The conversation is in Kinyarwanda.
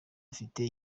ufite